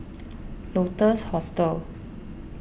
Lotus Hostel